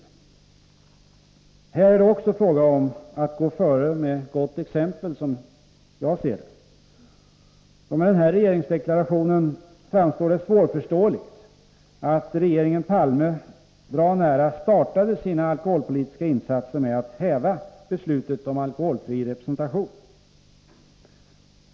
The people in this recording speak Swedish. Som jag ser det är det också här fråga om att gå före med gott exempel. Mot bakgrund av den regeringsdeklaration som avgivits framstår det som svårförståeligt att regeringen Palme nära nog startade sina alkoholpolitiska insatser med att häva beslutet om alkoholfri representation.